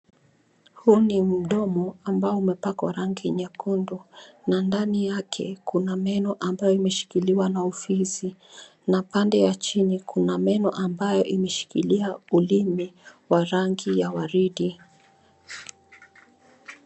Huu ni mdomo ambao umepakwa rangi nyekundu na ndani yake kuna meno ambayo imeshikiliwa na ufizi. Na pande ya chini kuna meno ambayo imeshikilia ulimi wa rangi ya waridi.